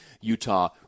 Utah